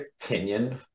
opinion